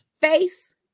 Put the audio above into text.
face